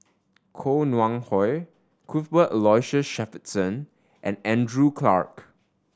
Koh Nguang How Cuthbert Aloysius Shepherdson and Andrew Clarke